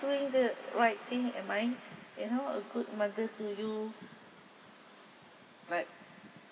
doing the right thing am I you know a good mother to you but